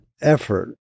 effort